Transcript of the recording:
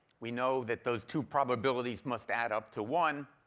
we know that those two probabilities must add up to one,